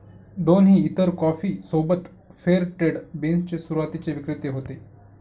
दोन्ही इतर कॉफी सोबत फेअर ट्रेड बीन्स चे सुरुवातीचे विक्रेते होते